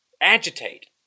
agitate